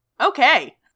Okay